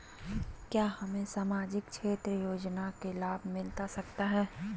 क्या हमें सामाजिक क्षेत्र योजना के लाभ मिलता सकता है?